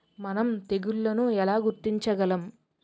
మనం తెగుళ్లను ఎలా గుర్తించగలం?